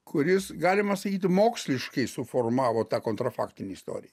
kuris galima sakyti moksliškai suformavo tą kontrofaktinį storį